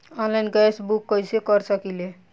Online gas book कर सकिले की?